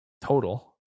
total